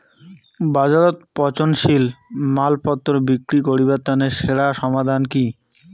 বাজারত পচনশীল মালপত্তর বিক্রি করিবার তানে সেরা সমাধান কি?